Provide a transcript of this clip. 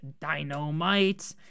Dynamite